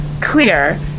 clear